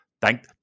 thank